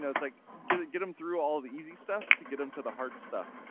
it's like, get get them through all of the easy stuff to get them to the hard stuff.